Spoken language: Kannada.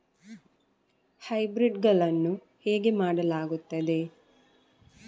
ಹೈಬ್ರಿಡ್ ಗಳನ್ನು ಹೇಗೆ ಮಾಡಲಾಗುತ್ತದೆ?